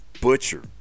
Butcher